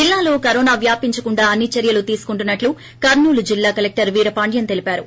జిల్లాలో కరోనా వ్యాపించకుండా అన్సి చర్యలు తీసుకుంటున్సట్టు కర్నూలు జిల్లా కలెక్టర్ వీర పాండ్యన్ తెలిపారు